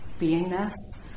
beingness